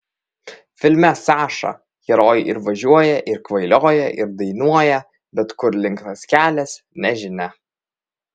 filme saša herojai ir važiuoja ir kvailioja ir dainuoja bet kur link tas kelias nežinia